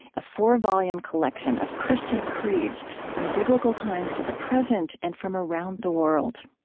a four-volume collection of christian creeds from biblical times to the present and from around the world